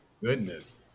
Goodness